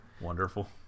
Wonderful